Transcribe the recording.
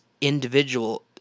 individual